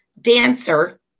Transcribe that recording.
dancer